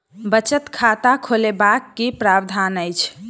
बचत खाता खोलेबाक की प्रावधान अछि?